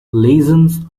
lesions